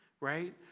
right